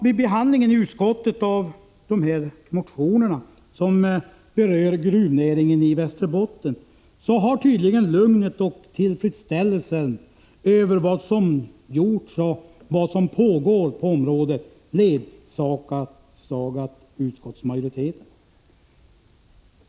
Vid behandlingen i utskottet av de motioner som berör gruvnäringen i Västerbotten har tydligen lugnet och tillfredsställelsen över vad som har gjorts och vad som pågår på området ledsagat utskottsmajoriteten.